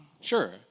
Sure